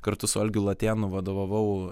kartu su algiu latėnu vadovavau